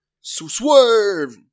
Swerve